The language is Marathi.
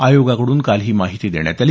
आयोगाकडून काल ही माहीती देण्यात आली